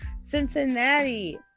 Cincinnati